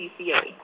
CCA